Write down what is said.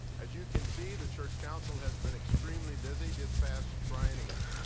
as you can see, the church council has been extremely busy this past triennium.